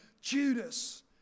Judas